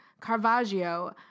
Caravaggio